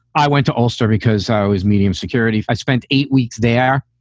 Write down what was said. i went to ulster because i was medium security. i spent eight weeks there.